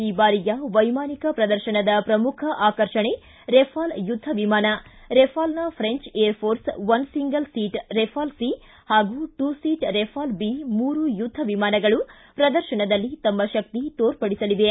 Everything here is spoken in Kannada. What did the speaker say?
ಈ ಬಾರಿಯ ವೈಮಾನಿಕ ಪ್ರದರ್ಶನದ ಪ್ರಮುಖ ಆಕರ್ಷಣೆ ರೇಫಾಲ್ ಯುದ್ದ ವಿಮಾನ ರೇಫಾಲ್ನ French air force one single seat Rafale C ಹಾಗೂ ಟು ಸೀಟ್ ರೇಫಾಲ್ ಬಿ ಮೂರು ಯುದ್ದ ವಿಮಾನಗಳು ಪ್ರದರ್ಶನದಲ್ಲಿ ತಮ್ನ ಶಕ್ತಿ ತೋರ್ಪಡಿಸಲಿವೆ